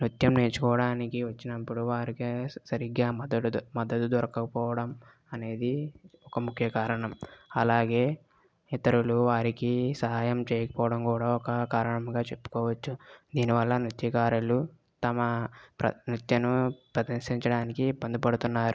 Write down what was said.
నృత్యం నేర్చుకోవడానికి వచ్చినప్పుడు వారికి సరిగ్గా మదడు మద్దతు దొరకపోవడం అనేది ఒక ముఖ్య కారణం అలాగే ఇతరులు వారికి సహాయం చేయకపోవడం కూడా ఒక కారణంగా చెప్పుకోవచ్చు దీనివల్ల నృత్యకారులు తమ నృత్యాన్ని ప్రదర్శించడానికి ఇబ్బంది పడుతున్నారు